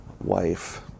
wife